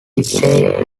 essay